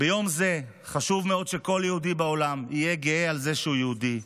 ביום זה חשוב מאוד שכל יהודי בעולם יהיה גאה בזה שהוא יהודי.